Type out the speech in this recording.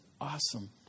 awesome